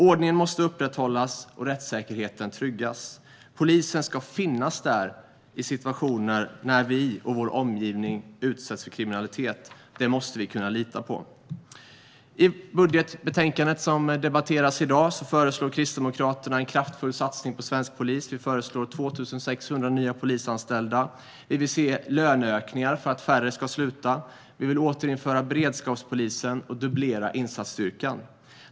Ordningen måste upprätthållas och rättssäkerheten tryggas. Polisen ska finnas där i situationer när vi och vår omgivning utsätts för kriminalitet. Det måste vi kunna lita på. I budgetbetänkandet som debatteras i dag föreslår Kristdemokraterna en kraftfull satsning på svensk polis. Vi föreslår 2 600 nya polisanställda. Vi vill se löneökningar för att färre ska sluta. Vi vill återinföra beredskapspolisen och dubblera insatsstyrkan.